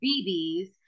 BBs